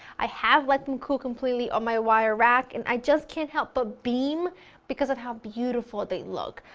i have let them cool completely on my wire rack, and i just can't help but beam because of how beautiful they look.